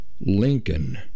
Lincoln